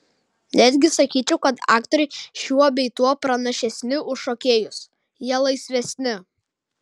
netgi sakyčiau kad aktoriai šiuo bei tuo pranašesni už šokėjus jie laisvesni